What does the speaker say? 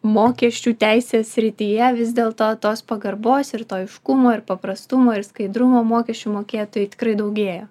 mokesčių teisės srityje vis dėlto tos pagarbos ir to aiškumo ir paprastumo ir skaidrumo mokesčių mokėtojai tikrai daugėja